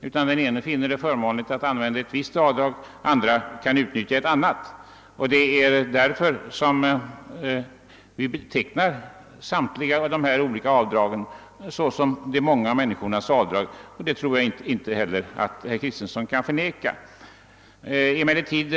Den ene finner det förmånligt att utnyttja ett visst avdrag, den andre ett annat. Det är därför vi betecknar samtliga dessa avdrag som »de många människornas avdrag», och jag tror inte att herr Kristenson kan förneka att det är riktigt.